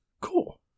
Cool